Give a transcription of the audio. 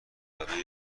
برای